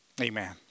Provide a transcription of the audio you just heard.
Amen